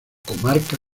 comarca